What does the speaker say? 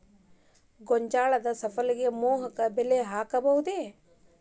ಗೋಂಜಾಳ ಫಸಲಿಗೆ ಮೋಹಕ ಬಲೆ ಹಾಕಬಹುದೇ?